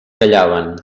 callaven